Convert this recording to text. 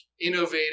innovative